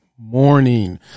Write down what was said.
morning